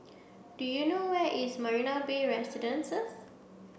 do you know where is Marina Bay Residences